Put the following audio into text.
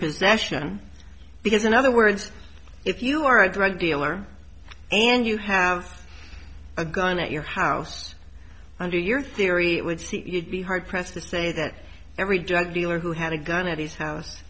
possession because in other words if you are a drug dealer and you have a gun at your house under your theory it would be hard pressed to say that every drug dealer who had a gun at his house